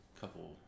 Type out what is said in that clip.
couple